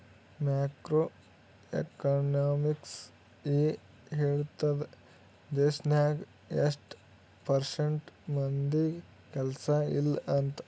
macro economics ಎ ಹೇಳ್ತುದ್ ದೇಶ್ನಾಗ್ ಎಸ್ಟ್ ಪರ್ಸೆಂಟ್ ಮಂದಿಗ್ ಕೆಲ್ಸಾ ಇಲ್ಲ ಅಂತ